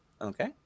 Okay